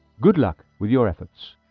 good luck with your efforts!